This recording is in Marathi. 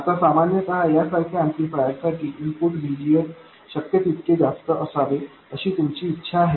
आता सामान्यत यासारख्या एम्पलीफायर साठी इनपुट VGS शक्य तितके जास्त असावे अशी तुमची इच्छा आहे